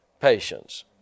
patience